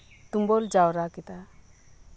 ᱛᱩᱢᱟᱹᱞ ᱡᱟᱣᱨᱟ ᱠᱟᱫᱟ